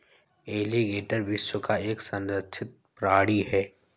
alligator विश्व का एक संरक्षित प्राणी है